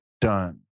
done